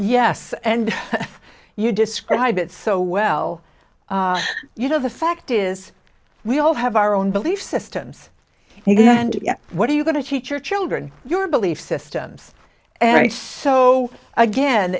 yes and you describe it so well you know the fact is we all have our own belief systems and what are you going to teach your children your belief systems and so again